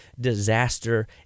disaster